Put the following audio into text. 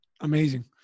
Amazing